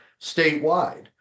statewide